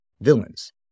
villains